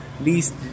least